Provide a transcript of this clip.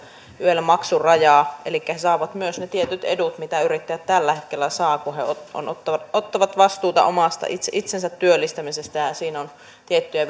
yel maksurajaa elikkä he saavat myös ne tietyt edut mitä yrittäjät tällä hetkellä saavat kun he ottavat ottavat vastuuta itsensä työllistämisestä siinä on tiettyjä